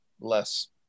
less